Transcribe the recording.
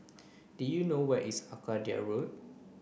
do you know where is Arcadia Road